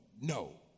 no